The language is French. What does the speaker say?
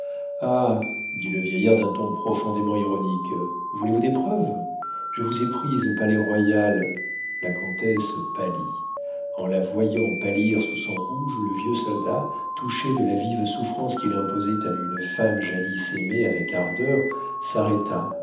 ah dit le vieillard d'un ton profondément ironique voulez-vous des preuves je vous ai prise au palais-royal la comtesse pâlit en la voyant pâlir sous son rouge le vieux soldat touché de la vive souffrance qu'il imposait à une femme jadis aimée avec ardeur s'arrêta